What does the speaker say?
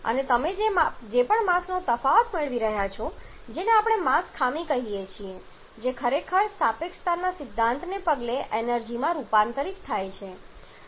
અને તમે જે પણ માસનો તફાવત મેળવી રહ્યા છો જેને આપણે માસ ખામી કહીએ છીએ જે ખરેખર સાપેક્ષતાના સિદ્ધાંતને પગલે એનર્જી માં રૂપાંતરિત થાય છે